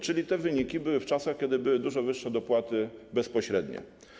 Czyli te wyniki były w czasach, kiedy były dużo wyższe dopłaty bezpośrednie.